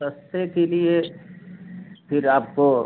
सस्ते के लिए फिर आपको